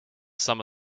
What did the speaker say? some